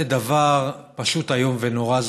זה דבר פשוט איום ונורא.